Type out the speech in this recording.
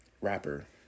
rapper